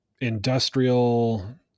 industrial